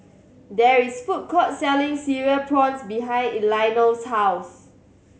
there is food court selling Cereal Prawns behind Elinore's house